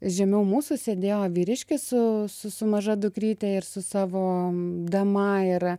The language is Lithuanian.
žemiau mūsų sėdėjo vyriškis su su maža dukryte ir su savo dama ir